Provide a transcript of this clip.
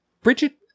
Bridget